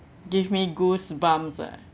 give me goosebumps eh